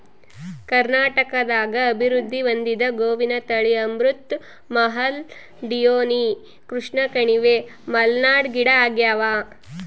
ಕರ್ನಾಟಕದಾಗ ಅಭಿವೃದ್ಧಿ ಹೊಂದಿದ ಗೋವಿನ ತಳಿ ಅಮೃತ್ ಮಹಲ್ ಡಿಯೋನಿ ಕೃಷ್ಣಕಣಿವೆ ಮಲ್ನಾಡ್ ಗಿಡ್ಡಆಗ್ಯಾವ